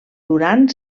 durant